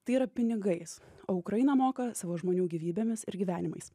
tai yra pinigais o ukraina moka savo žmonių gyvybėmis ir gyvenimais